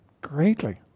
greatly